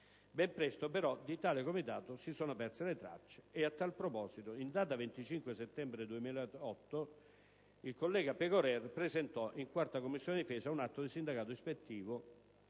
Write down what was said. Ben presto, però, di tale Comitato si sono perse le tracce e, a tal proposito, in data 25 settembre 2008, il collega Pegorer presentò in Commissione difesa un atto di sindacato ispettivo